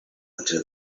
until